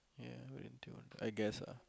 ya wait until I guess ah